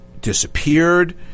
disappeared